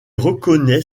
reconnaît